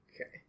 Okay